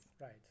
Right